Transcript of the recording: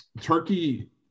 turkey